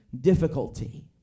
difficulty